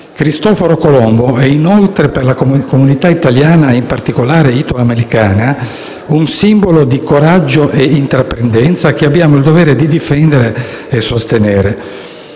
Cristoforo Colombo è, inoltre, per la comunità italiana e italo-americana un simbolo di coraggio e intraprendenza, che abbiamo il dovere di difendere e sostenere.